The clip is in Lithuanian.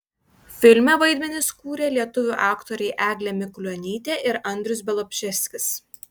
filme vaidmenis kūrė lietuvių aktoriai eglė mikulionytė ir andrius bialobžeskis